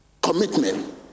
Commitment